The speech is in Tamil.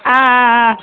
ஆ ஆ ஆ